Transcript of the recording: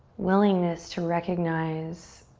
willingness to recognize